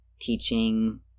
teaching